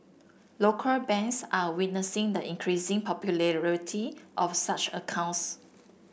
local banks are witnessing the increasing popularity of such accounts